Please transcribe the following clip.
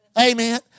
Amen